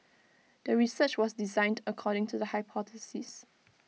the research was designed according to the hypothesis